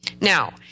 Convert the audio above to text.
Now